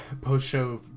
Post-show